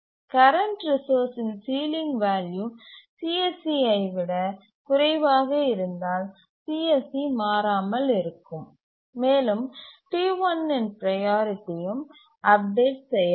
current ரிசோர்சின் ceiling value சிஎஸ்சியை விட குறைவாக இருந்தால் சிஎஸ்சி மாறாமல் இருக்கும் மேலும் T1 இன் ப்ரையாரிட்டியும் அப்டேட் செய்யப்படும்